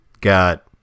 got